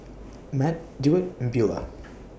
Matt Deward and Beaulah